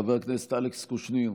חבר הכנסת אלכס קושניר,